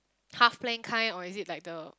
half plank kind or is it like the